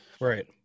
right